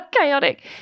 chaotic